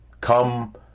Come